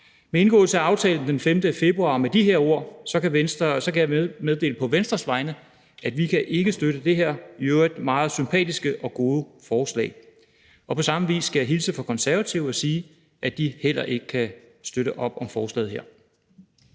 Med indgåelsen af aftalen den 5. februar og med de her ord kan jeg på Venstres vegne meddele, at vi ikke kan støtte det her i øvrigt meget sympatiske og gode forslag. På samme vis skal jeg hilse fra Konservative og sige, at de heller ikke kan støtte op om forslaget her.